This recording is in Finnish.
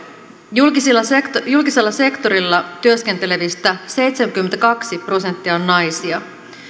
julkisella sektorilla julkisella sektorilla työskentelevistä seitsemänkymmentäkaksi prosenttia on naisia